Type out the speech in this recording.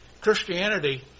Christianity